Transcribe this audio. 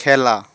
খেলা